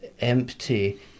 empty